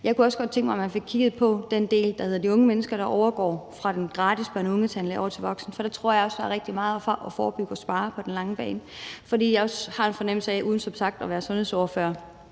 godt kunne tænke mig, at man fik kigget på den del, der handler om de unge mennesker, der overgår fra den gratis børne- og ungetandpleje til voksentandplejen, for der tror jeg også, der er rigtig meget at forebygge og spare på den lange bane. For jeg har også en fornemmelse af – uden som sagt at være sundhedsordfører